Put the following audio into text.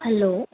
hello